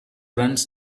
runs